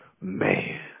Man